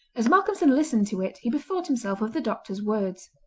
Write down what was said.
as malcolmson listened to it he bethought himself of the doctor's words,